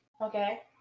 Okay